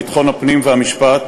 ביטחון הפנים והמשפט